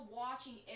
watching